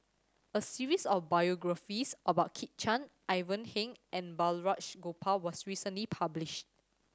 a series of biographies about Kit Chan Ivan Heng and Balraj Gopal was recently published